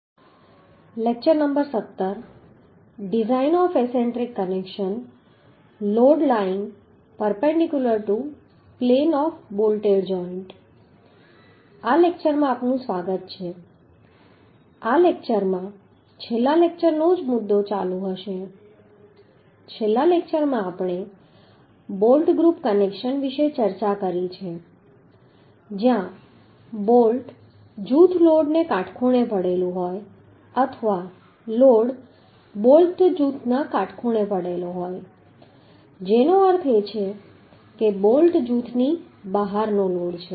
આ લેક્ચરમાં આપનું સ્વાગત છે આ લેક્ચરમાં છેલ્લા લેક્ચર નો જ મુદ્દો ચાલુ હશે છેલ્લા લેક્ચરમાં આપણે બોલ્ટ ગ્રૂપ કનેક્શન વિશે ચર્ચા કરી છે જ્યાં બોલ્ટ જૂથ લોડ ને કાટખૂણે પડેલું હોય છે અથવા લોડ બોલ્ટ જૂથ ના કાટખૂણે પડેલો હોય છે જેનો અર્થ છે કે બોલ્ટ જૂથની બહારનો લોડ છે